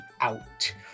out